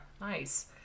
Nice